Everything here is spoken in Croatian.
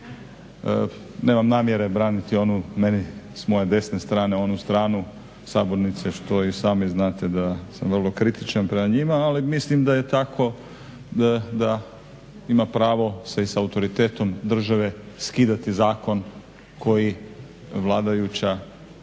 Nema namjere onu meni s moje desne strane onu stranu sabornice što i sami znate da sam vrlo kritičan prema njima ali mislim da je tako da ima pravo se i sa autoritetom države skidati zakon koji vladajuća